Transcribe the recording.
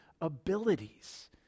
abilities